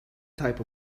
type